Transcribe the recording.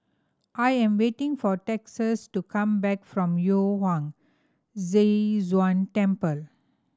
I am waiting for Texas to come back from Yu Huang Zhi Zun Temple